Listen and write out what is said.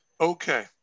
Okay